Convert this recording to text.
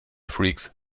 freaks